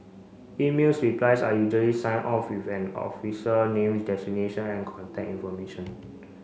emails replies are usually signed off with an officer name designation and contact information